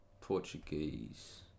Portuguese